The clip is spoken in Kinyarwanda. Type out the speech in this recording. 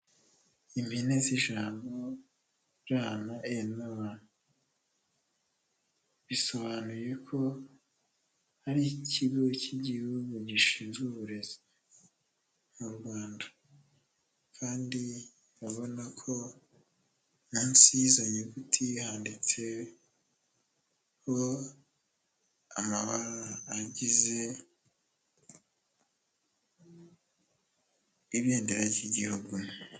Impine z'ijambo REB, bisobanuye ko ari ikigo cy'igihugu gishinzwe uburezi mu Rwanda, kandi urabona ko munsi y'izo nyuguti, handitseho amabara agize ibendera ry'igihugu.